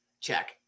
check